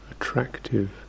attractive